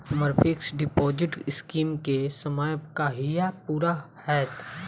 हम्मर fix deposit scheme केँ समय कहिया पूरा हैत?